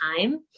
time